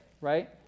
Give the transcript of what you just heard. right